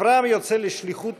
אברהם יוצא לשליחות